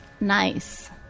Nice